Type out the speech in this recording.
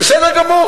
בסדר גמור.